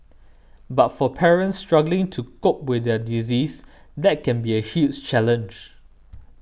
but for parents struggling to cope with their disease that can be a huge challenge